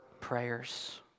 prayers